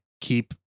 keep